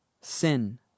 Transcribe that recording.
sin